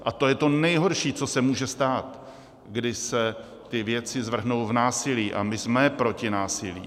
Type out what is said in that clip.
A to je to nejhorší, co se může stát, kdy se ty věci zvrhnou v násilí, a my jsme proti násilí.